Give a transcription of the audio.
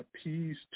appease